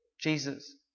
Jesus